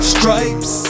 Stripes